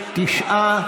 99,